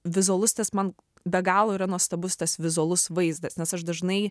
vizualus tas man be galo yra nuostabus tas vizualus vaizdas nes aš dažnai